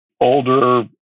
older